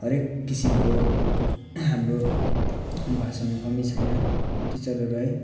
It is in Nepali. हरेक किसिमको अब भाषामा कमी छैन टिचरहरू है